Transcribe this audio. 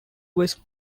was